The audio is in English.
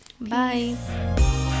Bye